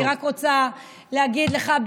אני רק רוצה להגיד לך,